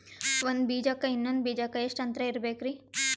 ಒಂದ್ ಬೀಜಕ್ಕ ಇನ್ನೊಂದು ಬೀಜಕ್ಕ ಎಷ್ಟ್ ಅಂತರ ಇರಬೇಕ್ರಿ?